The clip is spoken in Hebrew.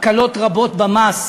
הקלות רבות במס,